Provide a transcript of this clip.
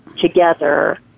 together